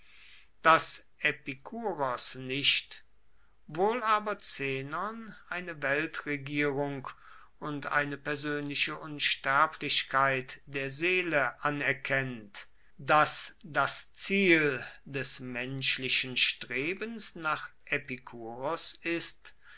epikuros nicht wohl aber zenon eine weltregierung und eine persönliche unsterblichkeit der seele anerkennt daß das ziel des menschlichen strebens nach epikuros ist